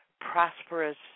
prosperous